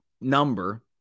number